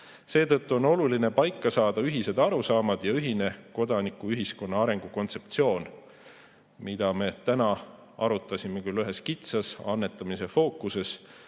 Seetõttu on oluline paika saada ühised arusaamad ja ühine kodanikuühiskonna arengukontseptsioon, mida me täna arutasime küll ühes kitsas annetamise fookuses,